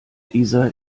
dieser